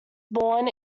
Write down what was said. born